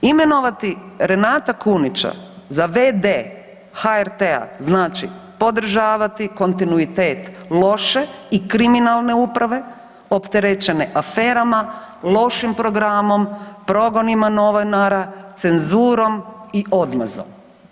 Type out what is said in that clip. Imenovati Renata Kunića za v.d. HRT-a znači podržavati kontinuitet loše i kriminalne uprave opterećene aferama, lošim programom, progonima novinara, cenzurom i odmazdom.